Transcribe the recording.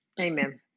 amen